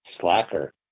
Slacker